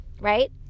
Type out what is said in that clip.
right